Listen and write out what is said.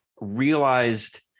realized